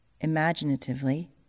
imaginatively